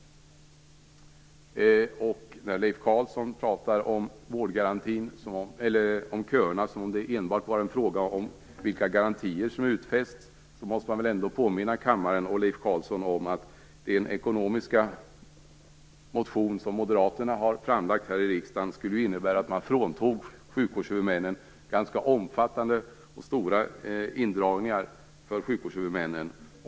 Leif Carlson pratar om köerna som om det enbart var fråga om vilka garantier som utfästs. Jag måste då påminna kammaren och Leif Carlson om att den ekonomiska motion som Moderaterna har väckt här i riksdagen skulle innebära ganska omfattande indragningar för sjukvårdshuvudmännen.